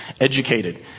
educated